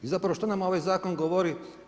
I zapravo što nam ovaj zakon govori?